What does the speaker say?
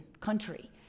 country